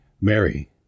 Mary